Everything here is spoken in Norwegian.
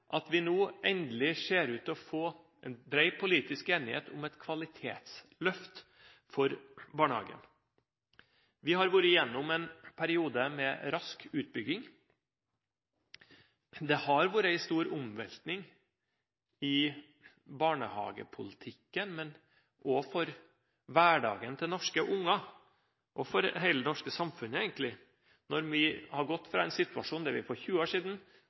at barnets beste skal tillegges vekt. Hva i all verden betyr det? Kristelig Folkeparti er glad for at vi nå endelig ser ut til å få en bred politisk enighet om et kvalitetsløft for barnehagen. Vi har vært gjennom en periode med rask utbygging. Det har vært en stor omveltning i barnehagepolitikken, men også for hverdagen til norske unger